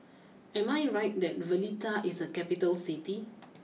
am I right that Valletta is a capital City